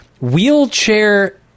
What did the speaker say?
wheelchair